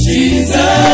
Jesus